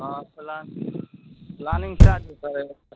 हँ plan planning कए आदमी करय हइ एतय